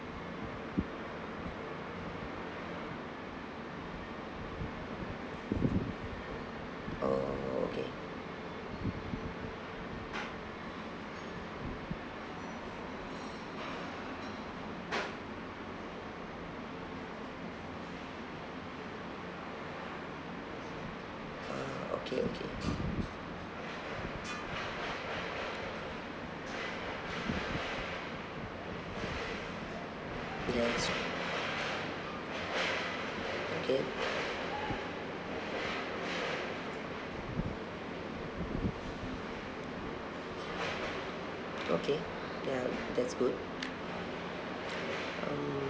oh okay ya that's good okay okay ya that's good um